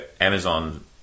Amazon